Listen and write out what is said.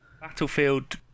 Battlefield